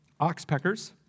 oxpeckers